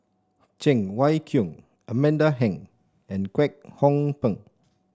Cheng Wai Keung Amanda Heng and Kwek Hong Png